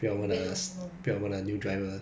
wait long long